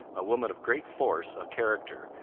a woman of great force of character,